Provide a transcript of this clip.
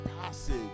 passage